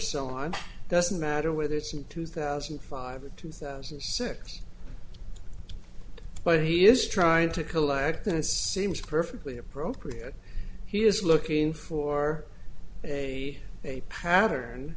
so on doesn't matter whether it's in two thousand and five or two thousand and six but he is trying to collect and it seems perfectly appropriate he is looking for a a pattern